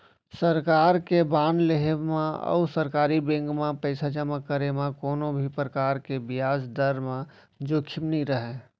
सरकार के बांड लेहे म अउ सरकारी बेंक म पइसा जमा करे म कोनों भी परकार के बियाज दर म जोखिम नइ रहय